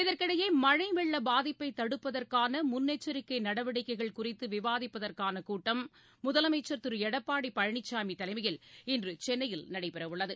இதற்கிடையே மழை வெள்ளபாதிப்பைதடுப்பதற்கானமுன்னெச்சரிக்கைநடவடிக்கைகள் குறித்துவிவாதிப்பதற்கானகூட்டம் முதலமைச்சர் திருஎடப்பாடிபழனிச்சாமிதலைமையில் இன்றுசென்னையில் நடைபெறவுள்ளது